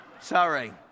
sorry